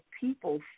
people